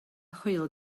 hwyl